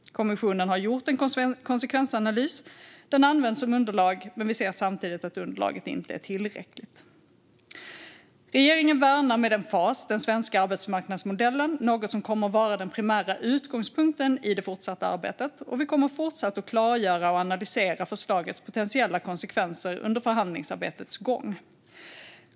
Kommissionen har gjort en konsekvensanalys. Den används som underlag, men vi ser att underlaget inte är tillräckligt. Regeringen värnar med emfas den svenska arbetsmarknadsmodellen, något som kommer att vara den primära utgångspunkten i det fortsatta arbetet. Vi kommer fortsatt att klargöra och analysera förslagets potentiella konsekvenser under förhandlingsarbetets gång.